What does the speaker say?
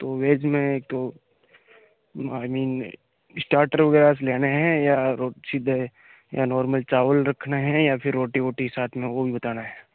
तो वेज में एक तो आई मीन इस्टार्टर वगैरह से लेने हैं या रो सीधे या नॉर्मल चावल रखना है या फ़िर रोटी वोटी साथ में वह भी बताना है